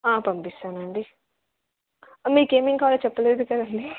పంపిస్తానండి మీకేమేం కావాలో చెప్పలేదు కదండీ